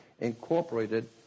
incorporated